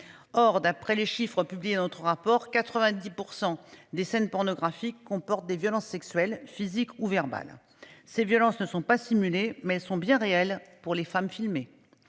Or d'après les chiffres publiés notre rapport 90% des scènes pornographiques porte des violences sexuelles physiques ou verbales, ces violences ne sont pas simuler mais sont bien réelles pour les femmes filmées.